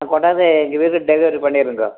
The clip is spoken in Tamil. கொண்டாந்து எங்கள் வீட்டில் டெலிவரி பண்ணிடுங்கோ